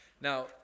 Now